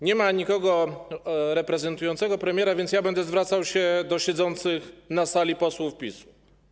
Nie ma nikogo reprezentującego premiera więc ja będę zwracał się do siedzących na Sali posłów PiS-u.